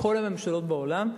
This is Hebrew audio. כל הממשלות בעולם,